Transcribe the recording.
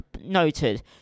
noted